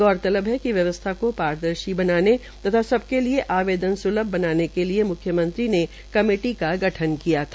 गौरतलब है कि व्यवस्था को पारद्रर्शी बनाने तथा सबके लिए आवेदन स्लभ बनाने के लिए म्ख्यमंत्री ने कमेटी का गठन किया था